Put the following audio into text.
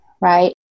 right